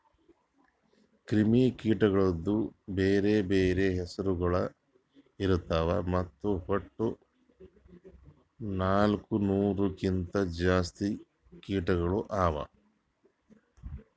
ಕ್ರಿಮಿ ಕೀಟಗೊಳ್ದು ಬ್ಯಾರೆ ಬ್ಯಾರೆ ಹೆಸುರಗೊಳ್ ಇರ್ತಾವ್ ಮತ್ತ ವಟ್ಟ ನಾಲ್ಕು ನೂರು ಕಿಂತ್ ಜಾಸ್ತಿ ಕೀಟಗೊಳ್ ಅವಾ